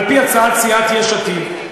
על-פי הצעת סיעת יש עתיד,